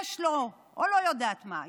שיש לו, לא יודעת מה.